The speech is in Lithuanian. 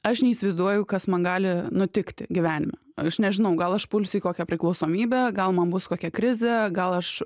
aš neįsivaizduoju kas man gali nutikti gyvenime aš nežinau gal aš pulsiu į kokią priklausomybę gal man bus kokia krizė gal aš